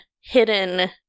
hidden